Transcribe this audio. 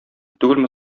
түгелме